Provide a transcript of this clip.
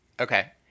Okay